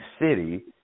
city